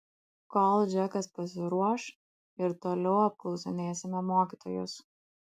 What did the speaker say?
kol džekas pasiruoš ir toliau apklausinėsime mokytojus